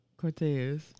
Cortez